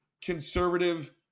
conservative